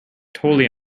totally